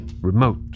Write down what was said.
remote